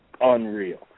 unreal